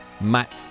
Matt